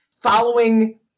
Following